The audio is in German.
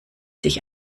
sich